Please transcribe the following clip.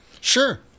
Sure